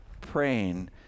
praying